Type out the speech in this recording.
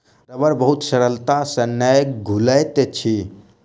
रबड़ बहुत सरलता से नै घुलैत अछि